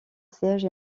siège